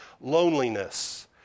loneliness